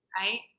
Right